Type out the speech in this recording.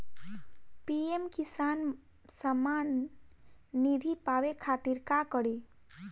PM Kisan Samman Nidhi पावे खातिर का करी?